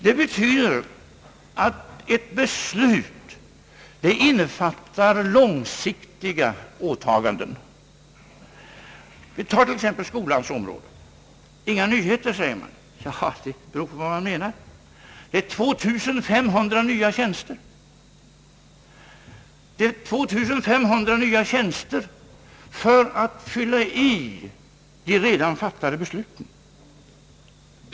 Det betyder att våra beslut innefattar långsiktiga åtaganden. Tag t.ex. skolans område. Inga nyheter, säger man. Ja, det beror på vad man menar. Det föreslås 2500 nya tjänster för att fylla i de redan fattade besluten.